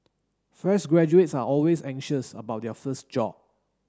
fresh graduates are always anxious about their first job